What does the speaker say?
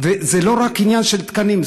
זה לא רק עניין של תקנים.